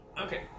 Okay